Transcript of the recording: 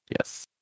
Yes